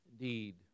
Indeed